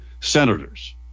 senators